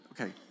Okay